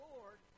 Lord